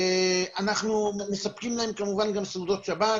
אנחנו מספקים להם כמובן גם סעודות שבת,